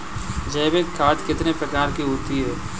जैविक खाद कितने प्रकार की होती हैं?